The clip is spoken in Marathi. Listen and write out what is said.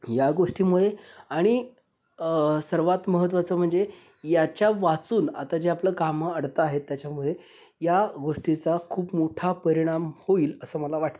या गोष्टीमुळे आणि सर्वात महत्वाचं म्हणजे याच्यावाचून आता जे आपलं कामं अडत आहेत त्याच्यामुळे या गोष्टीचा खूप मोठा परिणाम होईल असं मला वाटतं